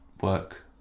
work